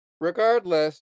Regardless